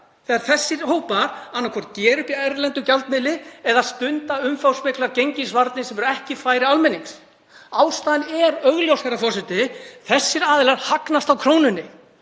þegar þessir hópar annaðhvort gera upp í erlendum gjaldmiðli eða stunda umfangsmiklar gengisvarnir sem eru ekki á færi almennings? Ástæðan er augljós, herra forseti. Þessir aðilar hagnast á krónunni.